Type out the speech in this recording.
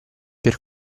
per